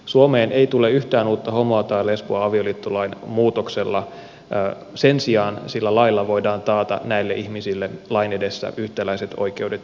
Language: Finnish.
suomeen ei tule yhtään uutta homoa tai lesboa avioliittolain muutoksella sen sijaan sillä lailla voidaan taata ihmisille lain edessä yhtäläiset oikeudet ja velvollisuudet